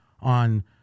on